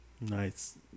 Nice